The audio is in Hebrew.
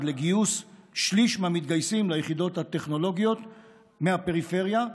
לגיוס שליש מהמתגייסים ליחידות הטכנולוגיות מהפריפריה,